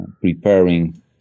preparing